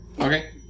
Okay